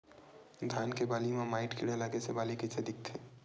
धान के बालि म माईट कीड़ा लगे से बालि कइसे दिखथे?